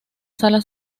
sala